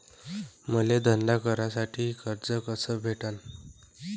मले धंदा करासाठी कर्ज कस भेटन?